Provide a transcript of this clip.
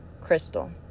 crystal